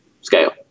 scale